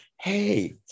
Hey